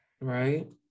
Right